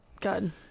Good